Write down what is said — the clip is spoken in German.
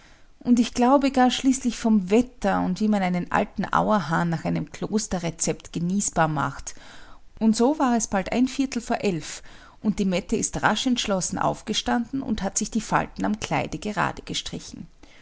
und ich glaube gar schließlich vom wetter und wie man einen alten auerhahn nach einem kloster rezept genießbar macht und so war es bald ein viertel vor elf und die mette ist rasch entschlossen aufgestanden und hat sich die falten am kleide gerade gestrichen